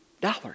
dollars